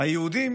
חלק מהיהודים